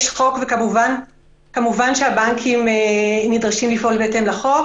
יש חוק וכמובן הבנקים נדרשים לפועל בהתאם לחוק.